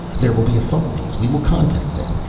there will be authorities, we will contact them,